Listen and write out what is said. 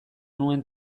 nuen